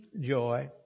joy